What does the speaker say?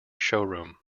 showroom